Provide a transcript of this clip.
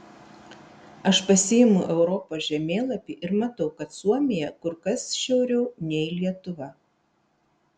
aš pasiimu europos žemėlapį ir matau kad suomija kur kas šiauriau nei lietuva